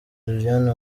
liliane